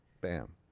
bam